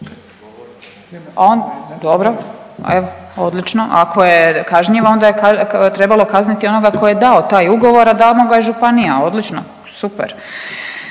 Dobro, evo odlično, ako je kažnjivo onda je trebalo kazniti onoga ko je dao taj ugovor, a dala ga je županija. Odlično, super.